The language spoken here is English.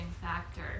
factor